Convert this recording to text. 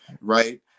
right